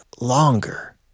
longer